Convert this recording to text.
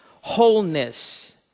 wholeness